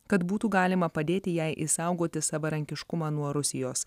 kad būtų galima padėti jai išsaugoti savarankiškumą nuo rusijos